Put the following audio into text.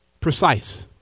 precise